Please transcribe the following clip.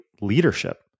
leadership